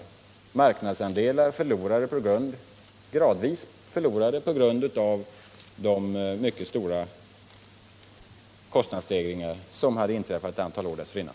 Det är marknadsandelar som gradvis gått förlorade på grund av de mycket stora kostnadsstegringar som inträffade ett antal år dessförinnan.